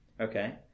okay